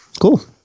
Cool